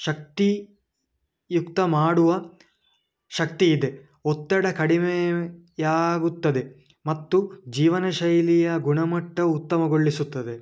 ಶಕ್ತಿಯುತ ಮಾಡುವ ಶಕ್ತಿ ಇದೆ ಒತ್ತಡ ಕಡಿಮೆಯಾಗುತ್ತದೆ ಮತ್ತು ಜೀವನ ಶೈಲಿಯ ಗುಣಮಟ್ಟ ಉತ್ತಮಗೊಳಿಸುತ್ತದೆ